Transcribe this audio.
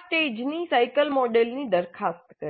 સ્ટેજની સાયકલ મોડલની દરખાસ્ત કરી